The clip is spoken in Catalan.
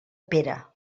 pere